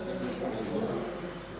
Hvala i vama.